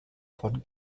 von